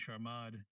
Sharmad